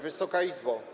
Wysoka Izbo!